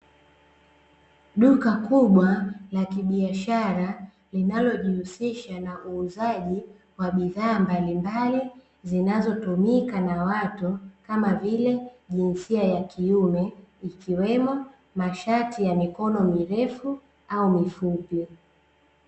Duka kubwa la kibiashara linalojihusisha na uuzaji wa bidhaa mbalimbali zinazotumika na watu, kama vile jinsia ya kiume ikiwemo masharti ya mikono mirefu au mifupi.